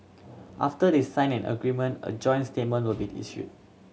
after they sign an agreement a joint statement will be issued